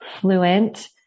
fluent